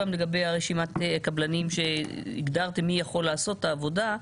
לגבי רשימת הקבלנים שהגדרתם מי יכול לעשות את העבודה?